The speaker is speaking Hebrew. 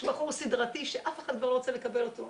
יש בחור סדרתי שאף אחד כבר לא רוצה לקבל אותו,